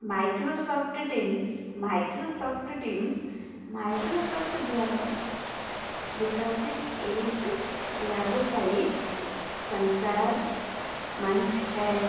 Microsoft team Microsoft team Microsoft द्वारा विकसित एक व्यावसायिक संचार मंच है